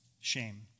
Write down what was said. shame